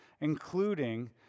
including